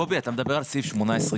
קובי, אתה מדבר על סעיף 18ג?